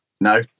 no